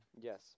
Yes